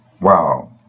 Wow